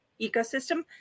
ecosystem